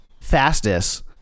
fastest